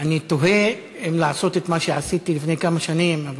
אני תוהה אם לעשות את מה שעשיתי לפני כמה שנים.